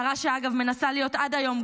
הדרה שמנסה להיות עד היום,